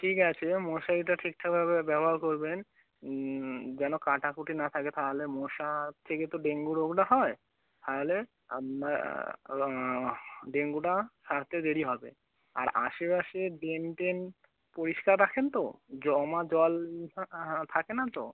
ঠিক আছে মশারিটা ঠিকঠাকভাবে ব্যবহার করবেন যেন কাটাকুটি না থাকে তাহালে মশা থেকে তো ডেঙ্গু রোগটা হয় তাহলে আপনা ডেঙ্গুটা সারতে দেরি হবে আর আশে পাশের ড্রেন টেন পরিষ্কার রাখেন তো জমা জল থাকে না তো